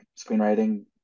screenwriting